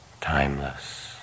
timeless